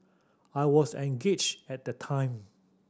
I was engaged at that time